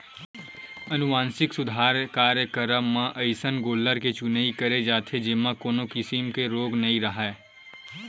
अनुवांसिक सुधार कार्यकरम म अइसन गोल्लर के चुनई करे जाथे जेमा कोनो किसम के रोग राई झन राहय